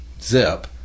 zip